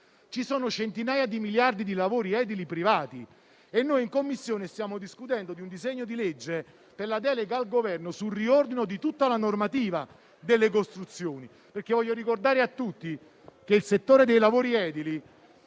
ci sono centinaia di miliardi di lavori edili privati. Al riguardo, in Commissione stiamo discutendo di un disegno di legge per la delega al Governo sul riordino di tutta la normativa sulle costruzioni. Vorrei ricordare a tutti che il settore dei lavori edili